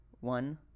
one